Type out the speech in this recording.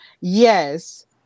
yes